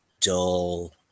dull